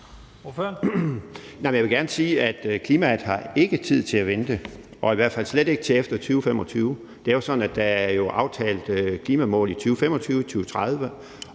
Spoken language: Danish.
Jeg vil gerne sige, at klimaet ikke har tid til at vente, og i hvert fald slet ikke til efter 2025. Det er jo sådan, at der er aftalt et klimamål i 2025 og 2030,